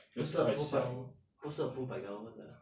不是 approve by 不是 approve by government 的